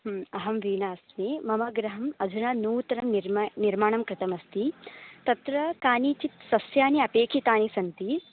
ह्म् अहं वीणा अस्मि मम गृहम् अधुना नूतनं निर्माय् निर्माणं कृतमस्ति तत्र कानिचित् सस्यानि अपेक्षितानि सन्ति